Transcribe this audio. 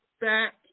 back